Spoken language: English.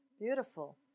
Beautiful